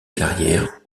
carrière